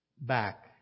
back